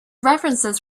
references